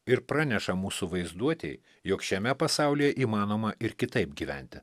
ir praneša mūsų vaizduotėj jog šiame pasaulyje įmanoma ir kitaip gyventi